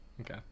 Okay